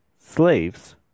slaves